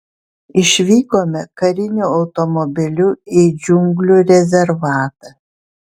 išvykome kariniu automobiliu į džiunglių rezervatą